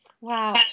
Wow